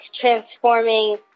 transforming